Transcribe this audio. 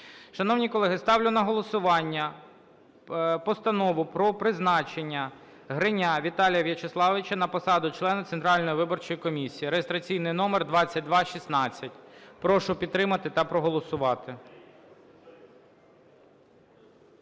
Шановні колеги, ставлю на голосування Постанову про призначення Греня Віталія Вячеславовича на посаду члена Центральної виборчої комісії (реєстраційний номер 2216). Прошу підтримати та проголосувати.